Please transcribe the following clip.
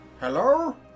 hello